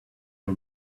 you